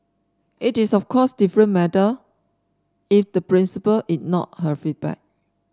it is of course a different matter if the principal ignored her feedback